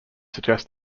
suggest